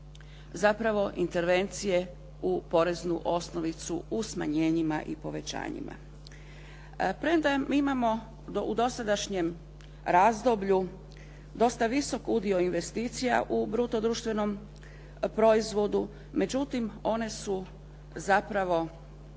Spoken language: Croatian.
zapravo intervencije u poreznu osnovicu u smanjenjima i povećanjima. Premda mi imamo u dosadašnjem razdoblju dosta visok udio investicija u bruto društvenom proizvodu, međutim one su zapravo